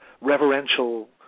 reverential